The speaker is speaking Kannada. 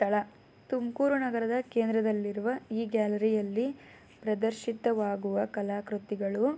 ಸ್ಥಳ ತುಮಕೂರು ನಗರದ ಕೇಂದ್ರದಲ್ಲಿರುವ ಈ ಗ್ಯಾಲರಿಯಲ್ಲಿ ಪ್ರದರ್ಶಿತವಾಗುವ ಕಲಾಕೃತಿಗಳು